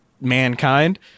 mankind